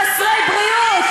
חסרי דיור,